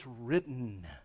written